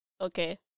Okay